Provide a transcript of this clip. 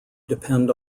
depend